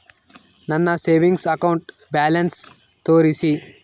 ನನ್ನ savings account balance ತೋರಿಸಿ?